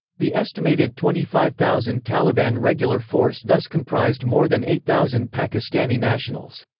the estimated twenty five thousand taliban regular force thus comprised more than eight thousand pakistani nationals.